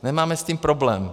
Nemáme s tím problém.